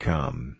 Come